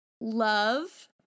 love